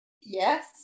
Yes